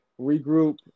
regroup